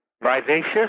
vivacious